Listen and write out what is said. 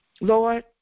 Lord